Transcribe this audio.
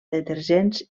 detergents